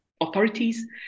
authorities